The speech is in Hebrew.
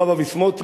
הרב אבי סמוטריץ,